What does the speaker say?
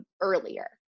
earlier